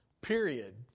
Period